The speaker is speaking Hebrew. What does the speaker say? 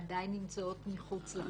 עדיין נמצאות מחוץ לחוק,